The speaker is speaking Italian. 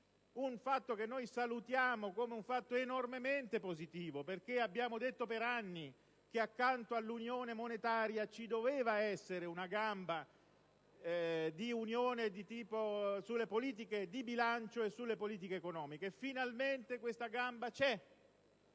un fatto che salutiamo come enormemente positivo, perché abbiamo detto per anni che accanto all'unione monetaria ci doveva essere una gamba dell'Unione sulle politiche di bilancio ed economiche. Finalmente questa gamba c'è;